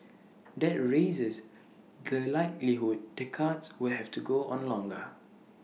that raises the likelihood the cuts would have to go on longer